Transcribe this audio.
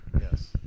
Yes